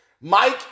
Mike